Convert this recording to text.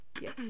Yes